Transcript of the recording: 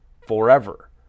forever